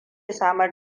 samar